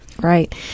Right